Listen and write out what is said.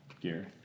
gear